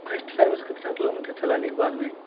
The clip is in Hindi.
फर्स्ट सर्विस कितना किलोमीटर चलाने के बाद में है